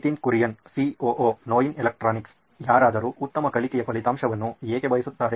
Nitin Kurian COO ನೋಯಿನ್ electronics ಯಾರಾದರೂ ಉತ್ತಮ ಕಲಿಕೆಯ ಫಲಿತಾಂಶವನ್ನು ಏಕೆ ಬಯಸುತ್ತಾರೆ